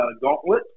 gauntlet